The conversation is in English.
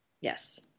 Yes